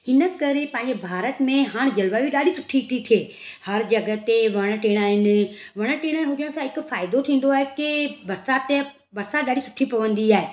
हिन करे पंहिंजे भारत में हाणे जलवायु ॾाढी सुठी थी थिए हर जॻह ते वण टिण आहिनि वण टिण हुजण सां हिकु फ़ाइदो थींदो आहे की बरसाति जा बरसाति ॾाढी सुठी पवंदी आहे